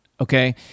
okay